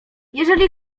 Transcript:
jeżeli